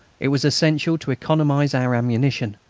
it was essential to economise our ammunition,